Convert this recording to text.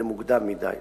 זה מוקדם מדי.